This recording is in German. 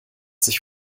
sich